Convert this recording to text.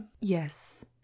Yes